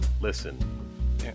Listen